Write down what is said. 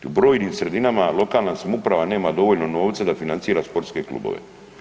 U brojnim sredinama lokalna samouprava nema dovoljno novca da financira sportske klubove.